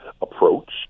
approach